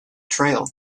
trail